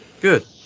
Good